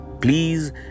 please